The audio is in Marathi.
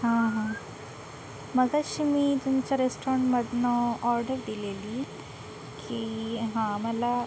हां हां मघाशी मी तुमच्या रेस्टॉरंटमधून ऑर्डर दिलेली की हां मला